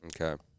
Okay